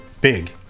big